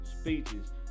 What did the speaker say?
speeches